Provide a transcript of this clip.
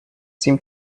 seem